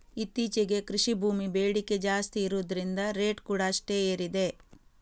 ಇತ್ತೀಚೆಗೆ ಕೃಷಿ ಭೂಮಿ ಬೇಡಿಕೆ ಜಾಸ್ತಿ ಇರುದ್ರಿಂದ ರೇಟ್ ಕೂಡಾ ಅಷ್ಟೇ ಏರಿದೆ